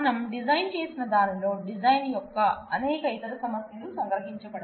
మనం డిజైన్ చేసిన దానిలో డిజైన్ యొక్క అనేక ఇతర సమస్యలు సంగ్రహించబడవు